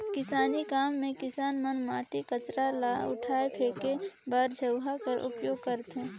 किसानी काम मे किसान मन माटी, कचरा ल उठाए फेके बर झउहा कर उपियोग करथे